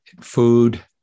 food